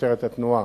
משטרת התנועה,